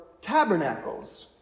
tabernacles